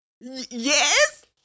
Yes